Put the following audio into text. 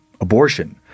abortion